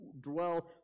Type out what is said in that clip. dwell